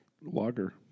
lager